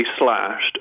slashed